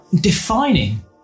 defining